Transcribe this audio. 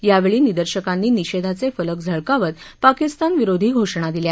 यावरी निदर्शकांनी निष्ट्रीचक्रिलक झळकावत पाकिस्तान विरोधी घोषणा दिल्या